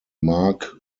marc